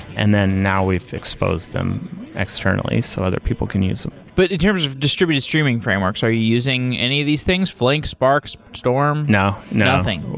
and then now we've exposed them externally, so other people can use them but in terms of distributed streaming frameworks, are you using any of these things? flink, spark, storm? no nothing?